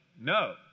no